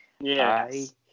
Yes